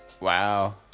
Wow